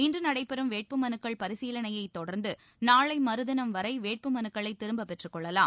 இன்று நடைபெறும் வேட்பு மலுக்கள் பரிசீலனையைத் தொடர்ந்து நாளை மறுதினம் வரை வேட்பு மனுக்களை திரும்பப் பெற்றுக் கொள்ளலாம்